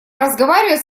разговаривать